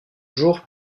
jours